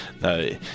no